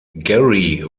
gary